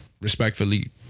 respectfully